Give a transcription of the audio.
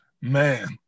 Man